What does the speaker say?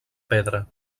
pedra